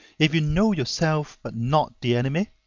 if you know yourself but not the enemy,